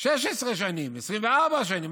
16 שנים, 24 שנים.